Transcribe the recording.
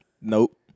Nope